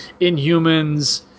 Inhumans